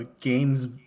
games